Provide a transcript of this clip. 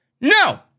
No